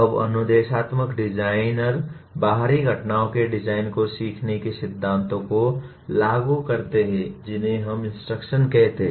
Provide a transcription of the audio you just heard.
अब अनुदेशात्मक डिजाइनर बाहरी घटनाओं के डिजाइन को सीखने के सिद्धांतों को लागू करते हैं जिन्हें हम इंस्ट्रक्शन कहते हैं